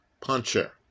puncher